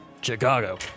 Chicago